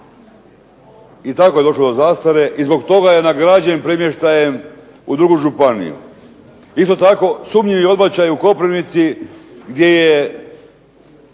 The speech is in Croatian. i tako je došlo do zastare, i zbog toga je nagrađen premještajem u drugu županiju. Isto tako sumnjivi odbačaji u Koprivnici gdje je